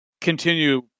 continue